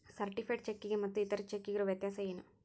Certified ಚೆಕ್ಕಿಗೆ ಮತ್ತ್ ಇತರೆ ಚೆಕ್ಕಿಗಿರೊ ವ್ಯತ್ಯಸೇನು?